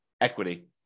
equity